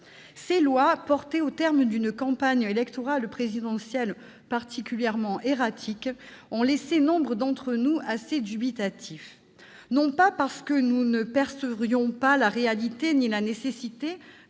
Ces lois, élaborées à l'issue d'une campagne électorale présidentielle particulièrement erratique, ont laissé nombre d'entre nous assez dubitatifs, non parce que nous ne percevrions pas la réalité du déclin